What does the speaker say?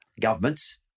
Governments